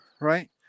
Right